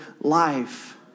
life